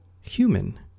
human